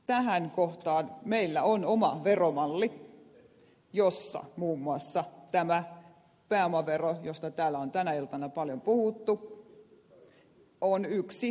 tähän kohtaan meillä on oma veromalli josta muun muassa tämä pääomavero josta täällä on tänä iltana paljon puhuttu on yksi versio